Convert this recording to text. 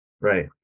Right